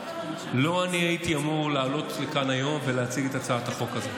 לא אני הייתי אמור לעלות לכאן היום ולהציג את הצעת החוק הזאת.